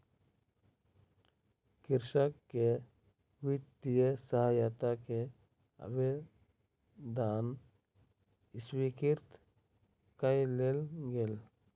कृषक के वित्तीय सहायता के आवेदन स्वीकृत कय लेल गेल